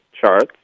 charts